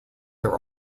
their